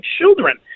children